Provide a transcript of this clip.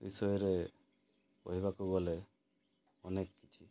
ବିଷୟରେ କହିବାକୁ ଗଲେ ଅନେକ କିଛି